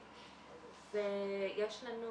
אז בעצם